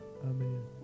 Amen